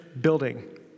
building